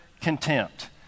contempt